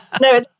no